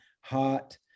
heart